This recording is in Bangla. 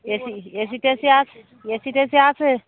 এ সি এ সি টেসি আছে এ সি টেসি আছে